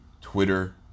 Twitter